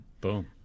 Boom